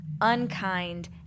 unkind